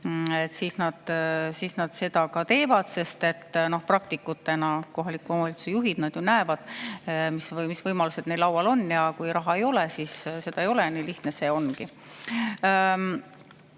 siis nad seda ka teevad. Praktikutena kohaliku omavalitsuse juhid näevad, mis võimalused neil laual on. Ja kui raha ei ole, siis seda ei ole. Nii lihtne see ongi.